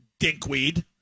dinkweed